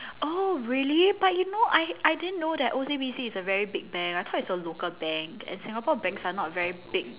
oh really but you know I I didn't know that O_C_B_C is a very big bank I thought it's a local bank and Singapore banks are not very big